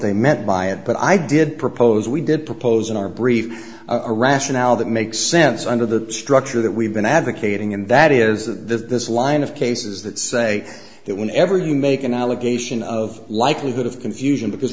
they meant by it but i did propose we did propose in our brief a rationale that makes sense under the structure that we've been advocating and that is the this line of cases that say that whenever you make an allegation of likelihood of confusion because